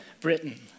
Britain